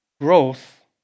growth